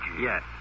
Yes